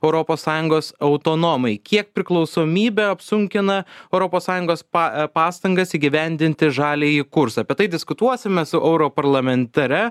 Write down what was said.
europos sąjungos autonomai kiek priklausomybę apsunkina europos sąjungos pa pastangas įgyvendinti žaliąjį kursą apie tai diskutuosime su europarlamentare